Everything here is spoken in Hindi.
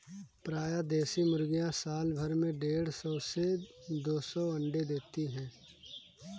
प्रायः देशी मुर्गियाँ साल भर में देढ़ सौ से दो सौ अण्डे देती है